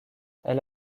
elle